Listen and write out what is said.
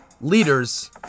leaders